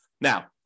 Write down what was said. Now